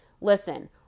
Listen